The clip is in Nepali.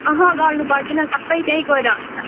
अहँ गर्नु पर्दैन सबै त्यहीँ गएर हुन्छ